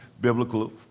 biblical